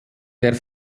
der